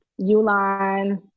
Uline